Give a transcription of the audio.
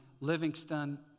Livingston